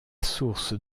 source